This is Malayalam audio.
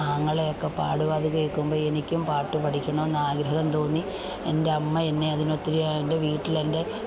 ആങ്ങളെയൊക്കെ പാടും അത് കേൾക്കുമ്പോൾ എനിക്കും പാട്ട് പഠിക്കണമെന്ന് ആഗ്രഹം തോന്നി എൻ്റെ അമ്മ എന്നെ അതിന് ഒത്തിരിയായിട്ട് വീട്ടിൽ അതിൻ്റെ